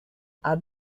add